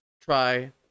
try